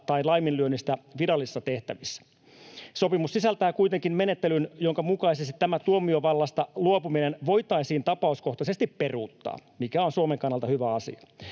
tai laiminlyönnistä virallisissa tehtävissä. Sopimus sisältää kuitenkin menettelyn, jonka mukaisesti tämä tuomiovallasta luopuminen voitaisiin tapauskohtaisesti peruuttaa, mikä on Suomen kannalta hyvä asia.